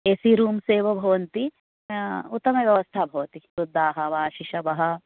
AC rooms एव भवन्ति उत्तमव्यवस्था भवति वृद्धाः वा शिशवः